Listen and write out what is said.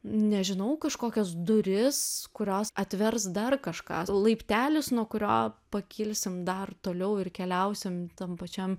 nežinau kažkokias duris kurios atvers dar kažką laiptelis nuo kurio pakilsim dar toliau ir keliausim tam pačiam